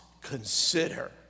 consider